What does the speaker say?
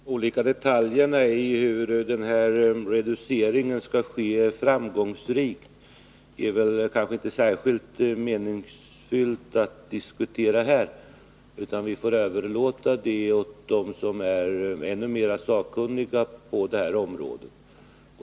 Herr talman! Alla de olika detaljerna i fråga om hur en reducering av minkstammen framgångsrikt skall kunna ske är det inte särskilt meningsfullt att diskutera här. Det får vi överlåta åt dem som är mer sakkunniga på detta område.